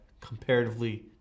comparatively